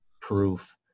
proof